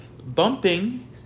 Bumping